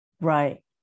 right